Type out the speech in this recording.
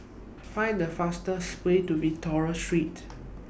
Find The fastest Way to Victoria Street